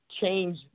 change